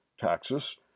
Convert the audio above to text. taxes